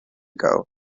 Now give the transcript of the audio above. ago